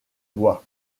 bois